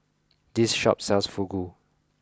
this shop sells Fugu